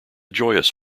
joyous